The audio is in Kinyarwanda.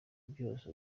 byose